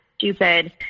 stupid